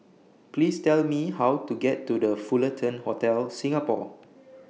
Please Tell Me How to get to The Fullerton Hotel Singapore